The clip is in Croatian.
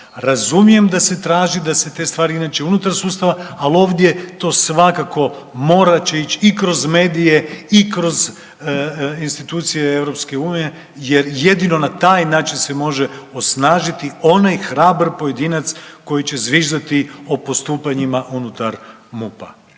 Razumijem da se traži da se te stvari inače unutar sustava, ali ovdje to svakako morat će ić i kroz medije i kroz institucije EU jer jedino na taj način se može osnažiti onaj hrabar pojedinac koji že zviždati o postupanjima unutar MUP-a.